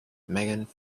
megan